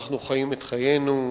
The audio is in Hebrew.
אנחנו חיים את חיינו,